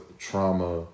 trauma